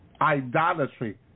idolatry